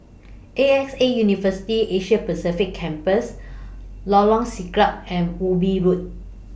A X A University Asia Pacific Campus Lorong Siglap and Ubi Road